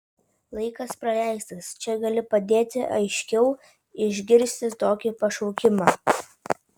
laikas praleistas čia gali padėti aiškiau išgirsti tokį pašaukimą